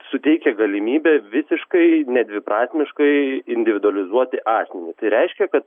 suteikia galimybę visiškai nedviprasmiškai individualizuoti asmenį tai reiškia kad